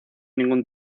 ningún